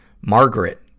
Margaret